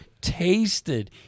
tasted